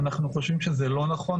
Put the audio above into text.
אנחנו חושבים שזה לא נכון,